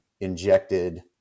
injected